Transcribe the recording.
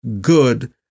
good